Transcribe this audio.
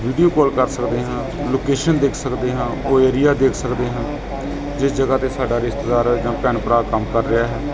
video call ਕਰ ਸਕਦੇ ਹਾਂ ਲੋਕੇਸ਼ਨ ਦੇਖ ਸਕਦੇ ਹਾਂ ਉਹ ਏਰੀਆ ਦੇਖ ਸਕਦੇ ਹਾਂ ਜਿਸ ਜਗ੍ਹਾ 'ਤੇ ਸਾਡਾ ਰਿਸ਼ਤੇਦਾਰ ਜਾਂ ਭੈਣ ਭਰਾ ਕੰਮ ਕਰ ਰਿਹਾ ਹੈ